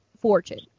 fortune